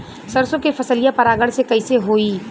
सरसो के फसलिया परागण से कईसे होई?